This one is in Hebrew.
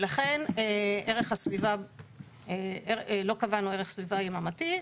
ולכן לא קבענו ערך סביבה יממתי,